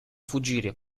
fuggire